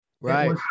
Right